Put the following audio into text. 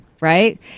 right